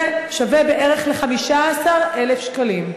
זה שווה בערך ל-15,000 שקלים.